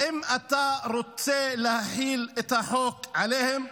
האם אתה רוצה להחיל את החוק עליהם?